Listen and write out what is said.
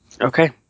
Okay